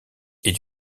est